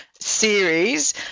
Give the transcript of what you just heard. series